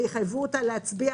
ויחייבו אותה להצביע